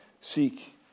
seek